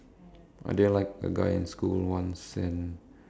I didn't like the guy in school once and